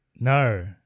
No